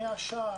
מהשער,